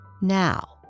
Now